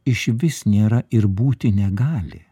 išvis nėra ir būti negali